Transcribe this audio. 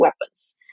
weapons